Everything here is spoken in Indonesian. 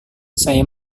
saya